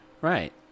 Right